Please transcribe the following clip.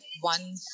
one